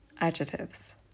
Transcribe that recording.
adjectives